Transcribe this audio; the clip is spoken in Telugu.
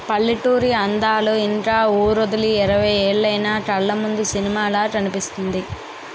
పల్లెటూరి అందాలు ఇంక వూరొదిలి ఇరవై ఏలైన కళ్లముందు సినిమాలా కనిపిస్తుంది